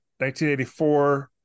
1984